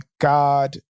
God